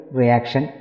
reaction